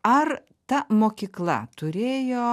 ar ta mokykla turėjo